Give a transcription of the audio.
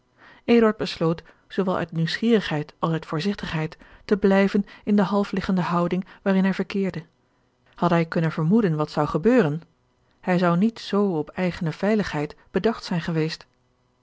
besloot zoowel uit nieuwsgierigheid als uit voorzigtigheid te blijven in de half liggende houding waarin hij verkeerde hadde hij kunnen vermoeden wat zou gebeuren hij zou niet zoo op eigene veiligheid bedacht zijn geweest